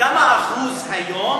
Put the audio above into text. כמה אחוז היום